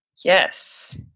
Yes